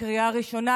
בקריאה ראשונה.